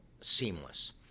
seamless